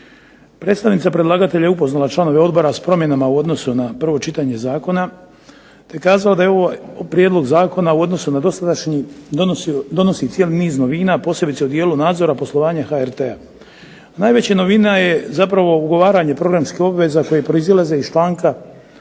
Predstavnica predlagatelja je upoznala članove Odbora s promjenama u odnosu na prvo čitanje Zakona, te kazala da je ovaj Prijedlog zakona u odnosu na dosadašnji donosi cijeli niz novina posebice u dijelu nadzora i poslovanja HRT-a. Najveća novina je zapravo ugovaranje programskih obveza koje proizlaze iz članka